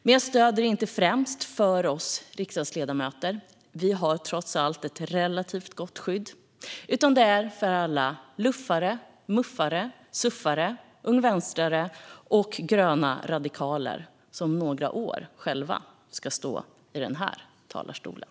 Jag stöder det dock inte främst för oss riksdagsledamöter - vi har trots allt ett relativt gott skydd - utan för alla Luf:are, Muf:are, Cuf:are, Ung Vänster-medlemmar och gröna radikaler som om några år själva ska stå i den här talarstolen.